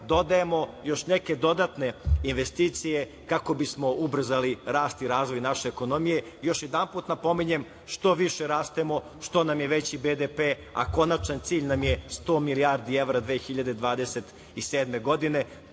dodajemo još neke dodatne investicije kako bismo ubrzali rast i razvoj naše ekonomije. Još jedan put napominjem, što više rastemo, što nam je veći BDP, a konačni cilj nam je 100 milijardi evra 2027. godine,